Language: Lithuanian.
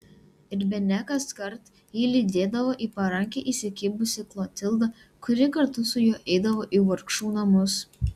ir bene kaskart jį lydėdavo į parankę įsikibusi klotilda kuri kartu su juo eidavo į vargšų namus